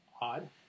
odd